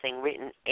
written